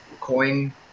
coin